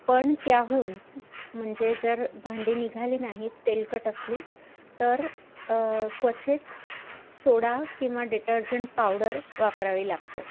पण त्याहून म्हणजे जर भांडी निघाली नाही तेलकट असली तर क्वचित सोडा किंवा डिटर्जंट पावडर वापरावी लागते